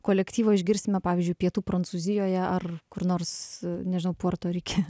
kolektyvo išgirsime pavyzdžiui pietų prancūzijoje ar kur nors nežinau puerto rike